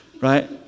right